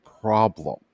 problem